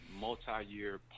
multi-year